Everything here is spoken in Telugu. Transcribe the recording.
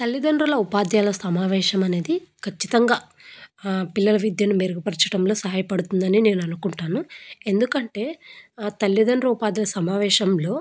తల్లిదండ్రుల ఉపాధ్యాాయుల సమావేశం అనేది ఖచ్చితంగా పిల్లల విద్యను మెరుగుపరచడంలో సహాయపడుతుంది అని నేను అనుకుంటాను ఎందుకంటే తల్లిదండ్రుల ఉపాధ్యాయుల సమావేశంలో